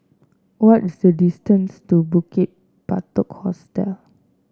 what is the distance to Bukit Batok Hostel